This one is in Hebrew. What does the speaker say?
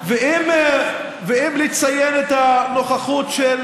ואם נציין את הנוכחות של